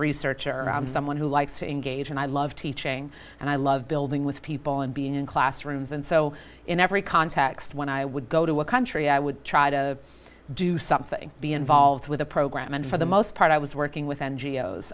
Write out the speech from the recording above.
researcher i'm someone who likes to engage and i love teaching and i love building with people and being in classrooms and so in every context when i would go to a country i would try to do something be involved with the program and for the most part i was working with n